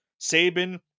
Saban